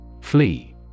Flee